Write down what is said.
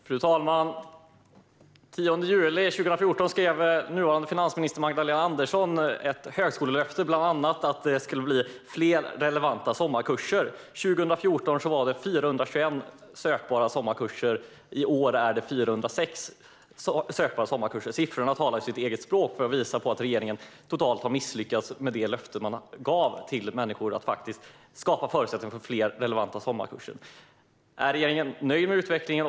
Fru talman! Den 10 juli 2014 gav nuvarande finansminister Magdalena Andersson ett högskolelöfte. Det skulle bland annat bli fler relevanta sommarkurser. År 2014 fanns det 421 sökbara sommarkurser och i år finns 406 sökbara sommarkurser. Siffrorna talar sitt tydliga språk och visar att regeringen totalt har misslyckats med att hålla sitt löfte att skapa förutsättningar för fler relevanta sommarkurser. Är regeringen nöjd med utvecklingen?